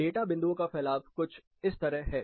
data बिंदुओं का फैलाव कुछ इस तरह है